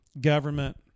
government